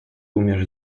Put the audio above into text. umiesz